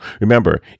remember